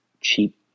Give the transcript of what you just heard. cheap